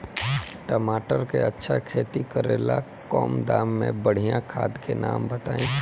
टमाटर के अच्छा खेती करेला कम दाम मे बढ़िया खाद के नाम बताई?